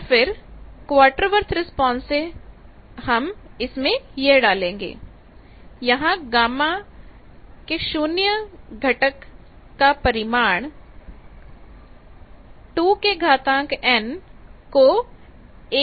और फिर Butterworth response से हम इसमें यह डालेंगे